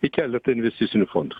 į keletą investicinių fondų